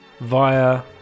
via